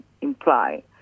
imply